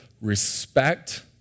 respect